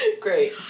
Great